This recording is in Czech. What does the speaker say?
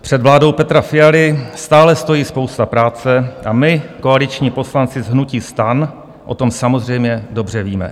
Před vládou Petra Fialy stále stojí spousta práce a my koaliční poslanci z hnutí STAN o tom samozřejmě dobře víme.